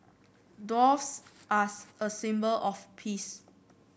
doves are a symbol of peace